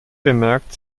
bemerkt